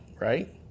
right